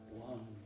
One